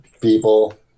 people